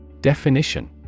definition